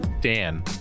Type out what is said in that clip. dan